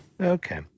Okay